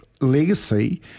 legacy